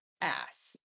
ass